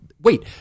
Wait